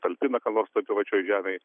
talpina ką nors toj privačioj žemėj